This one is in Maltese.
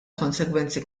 konsegwenzi